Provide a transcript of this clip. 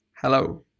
hello